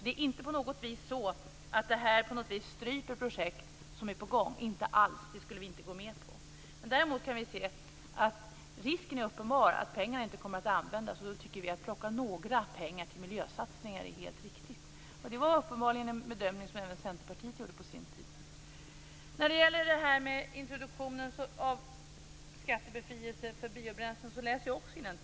Det är inte fråga om att strypa redan pågående projekt. Det skulle vi inte gå med på. Men risken är uppenbar att pengarna inte kommer att användas. Det är då riktigt att plocka några pengar till miljösatsningar. Det var uppenbarligen en bedömning som även Centerpartiet gjorde på sin tid. Sedan var det frågan om introduktionen av skattebefrielse på biobränsle. Jag läser också innantill.